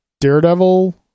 Daredevil